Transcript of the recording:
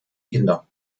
kinder